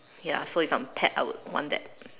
ya so if I'm a pet I would want that